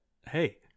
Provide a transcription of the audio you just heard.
hey